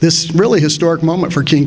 this really historic moment for king